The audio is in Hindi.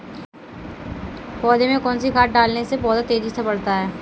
पौधे में कौन सी खाद डालने से पौधा तेजी से बढ़ता है?